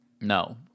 No